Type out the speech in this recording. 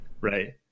right